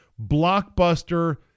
blockbuster